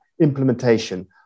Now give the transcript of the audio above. implementation